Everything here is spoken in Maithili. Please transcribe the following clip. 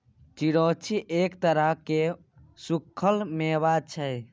चिरौंजी एक तरह केर सुक्खल मेबा छै